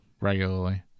regularly